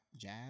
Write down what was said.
jazz